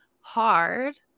hard